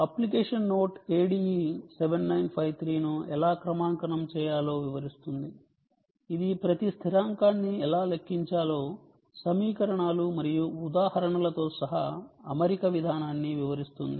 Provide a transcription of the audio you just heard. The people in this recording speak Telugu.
అప్లికేషన్ నోట్ ADE7953 ను ఎలా క్రమాంకనం చేయాలో వివరిస్తుంది ఇది ప్రతి స్థిరాంకాన్ని ఎలా లెక్కించాలో సమీకరణాలు మరియు ఉదాహరణలతో సహా అమరిక విధానాన్ని వివరిస్తుంది